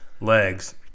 Legs